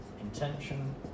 intention